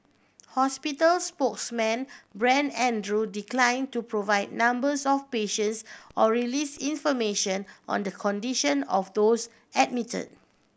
hospital spokesman Brent Andrew decline to provide numbers of patients or release information on the condition of those admit